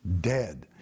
dead